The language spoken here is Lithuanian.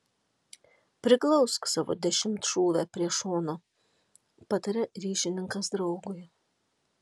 priglausk savo dešimtšūvę prie šono pataria ryšininkas draugui